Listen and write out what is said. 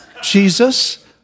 Jesus